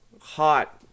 hot